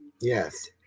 Yes